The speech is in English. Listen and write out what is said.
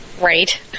Right